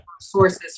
sources